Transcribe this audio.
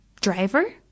driver